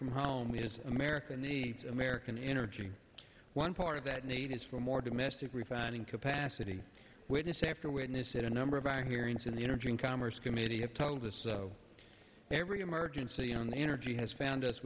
from home is america needs american energy one part of that need is for more domestic refining capacity witness after witness at a number of our hearings in the energy and commerce committee have told us so every emergency on the energy has found us